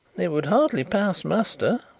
it would hardly pass muster.